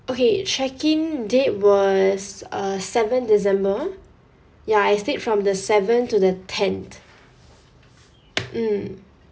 okay check in date was uh seven december ya I stayed from the seven to the tenth mm